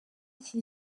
iki